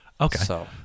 Okay